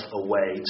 away